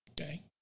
Okay